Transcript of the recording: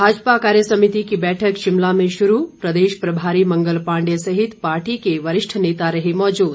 भाजपा कार्यसमिति की बैठक शिमला में शुरू प्रदेश प्रभारी मंगल पांडे सहित पार्टी के वरिष्ठ नेता रहे मौजूद